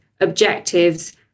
objectives